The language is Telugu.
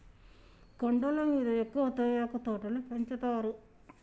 కొండల మీద ఎక్కువ తేయాకు తోటలు పెంచుతారు